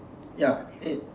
ya eight